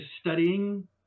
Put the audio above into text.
studying